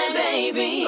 baby